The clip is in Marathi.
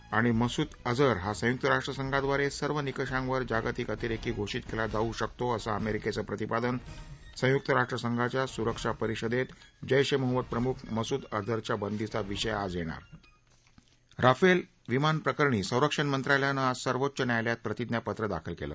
त मसूद अझर हा संय्क्त राष्ट्र संघादवारे सर्व निकंषावर जागतिक अतिरेकी घोषित केला जाऊ शकतो असं अमेरिकेचं प्रतिपादन संयुक्त राष्ट्रसंघाच्या सुरक्षा परिषदेत जैश ए मोहम्म्द प्रमुख मसूद अझरच्या बंदीचा विषय आज येणार राफेल विमानं प्रकरणी संरक्षण मंत्रालयानं आज सर्वोच्च न्यायालयात प्रतिज्ञापत्र दाखल केलं